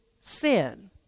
sin